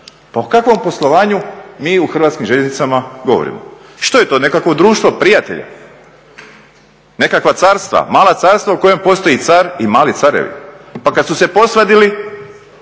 pa o kakvom poslovanju mi u Hrvatskim željeznicama govorimo? Što je to, nekakvo društvo prijatelja? Nekakva carstva, mala carstva u kojem postoji car i mali carevi. Pa kada su se posvadili